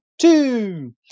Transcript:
two